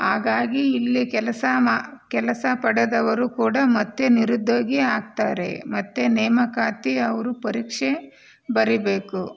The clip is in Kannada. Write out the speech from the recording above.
ಹಾಗಾಗಿ ಇಲ್ಲಿ ಕೆಲಸ ಮ ಕೆಲಸ ಪಡೆದವರು ಕೂಡ ಮತ್ತೆ ನಿರುದ್ಯೋಗಿ ಆಗ್ತಾರೆ ಮತ್ತೆ ನೇಮಕಾತಿ ಅವರು ಪರೀಕ್ಷೆ ಬರೀಬೇಕು